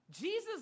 Jesus